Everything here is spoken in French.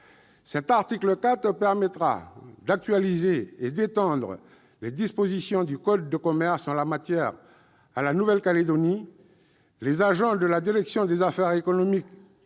Cet article permettra d'actualiser et d'étendre les dispositions du code de commerce en matière de concurrence à la Nouvelle-Calédonie. Les agents de la direction des affaires économiques